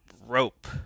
rope